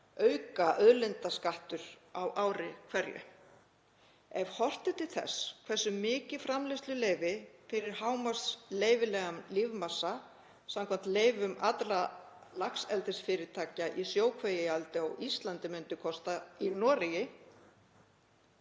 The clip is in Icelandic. aukaauðlindaskattur á ári hverju. Ef horft er til þess hversu mikið framleiðsluleyfi fyrir hámarks leyfilegan lífmassa samkvæmt leyfum allra laxeldisfyrirtækja í sjókvíaeldi á Íslandi myndu kosta í Noregi